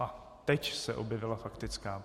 A teď se objevila faktická.